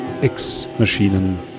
Ex-Maschinen